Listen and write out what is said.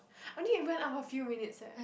I only went out for a few minutes eh